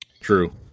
True